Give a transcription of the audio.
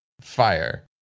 Fire